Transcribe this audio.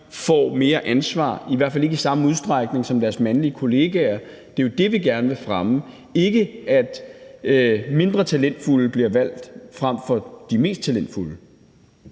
får mere ansvar, i hvert fald ikke i samme udstrækning, som deres mandlige kollegaer. Det er jo der, vi gerne vil fremme noget, sådan at det ikke er de mindre talentfulde, der bliver valgt frem for de mest talentfulde.